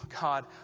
God